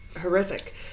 horrific